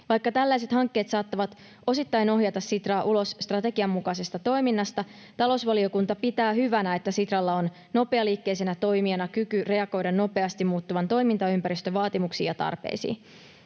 Vaikka tällaiset hankkeet saattavat osittain ohjata Sitraa ulos strategian mukaisesta toiminnasta, talousvaliokunta pitää hyvänä, että Sitralla on nopealiikkeisenä toimijana kyky reagoida nopeasti muuttuvan toimintaympäristön vaatimuksiin ja tarpeisiin.